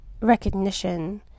recognition